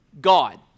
God